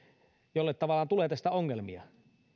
tavallaan tulee tästä ongelmia